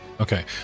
Okay